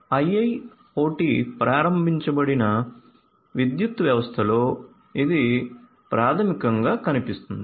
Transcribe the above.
IIoT ప్రారంభించబడిన విద్యుత్ వ్యవస్థలో ఇది ప్రాథమికంగా కనిపిస్తుంది